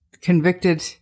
convicted